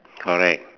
correct